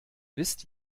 wisst